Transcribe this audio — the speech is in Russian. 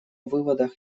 выводах